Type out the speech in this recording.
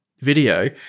video